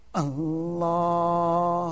allah